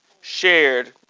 shared